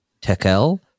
Tekel